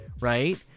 right